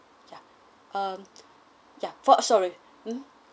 ya um ya for sorry hmm